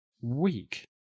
week